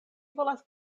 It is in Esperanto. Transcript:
volas